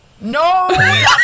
no